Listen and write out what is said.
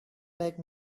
like